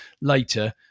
later